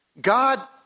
God